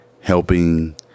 helping